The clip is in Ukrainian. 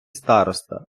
староста